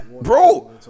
bro